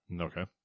Okay